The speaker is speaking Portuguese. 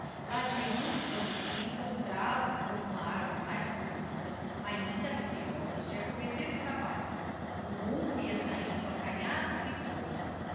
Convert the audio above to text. ladeando quando se encontravam com uma arvore mais robusta ainda receiosos de acommetter o trabalho o rumo ia sahindo acanhado e torto